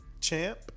champ